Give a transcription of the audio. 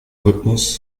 rhythmus